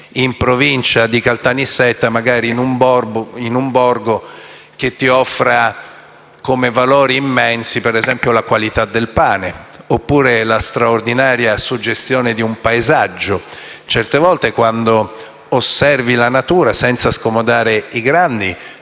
di Cosenza o di Caltanissetta, magari in un borgo che offra come valori immensi, per esempio, la qualità del pane oppure la straordinaria suggestione di un paesaggio. Certe volte, quando si osserva la natura, senza scomodare i grandi,